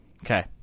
Okay